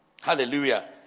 Hallelujah